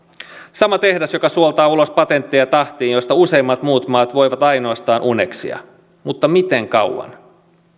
sama tehdas joka suoltaa ulos patentteja tahtiin josta useimmat muut maat voivat ainoastaan uneksia mutta miten kauan